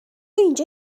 اینجا